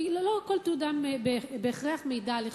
כי לא כל תעודה בהכרח מעידה על איכות.